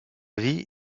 vie